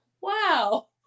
wow